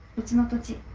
it's not that yeah